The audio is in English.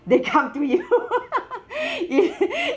they come to you